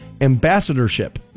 ambassadorship